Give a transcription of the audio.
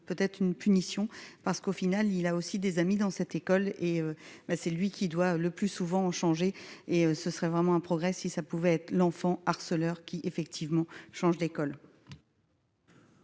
peut-être une punition parce qu'au final il a aussi des amis dans cette école et ben, c'est lui qui doit le plus souvent changer et ce serait vraiment un progrès si ça pouvait être l'enfant harceleurs qui effectivement change d'école.